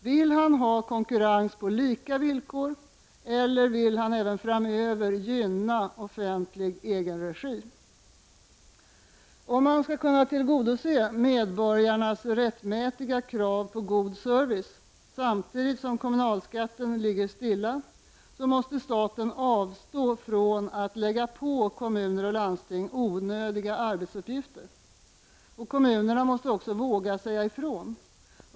Vill han ha konkurrens på lika villkor eller vill han även framöver gynna offentlig egen regi? Om man skall kunna tillgodose medborgarnas rättmätiga krav på god service samtidigt som kommunalskatten ligger stilla, måste staten avstå från att lägga på kommuner och landsting onödiga arbetsuppgifter. Och kommunerna måste också våga säga ifrån.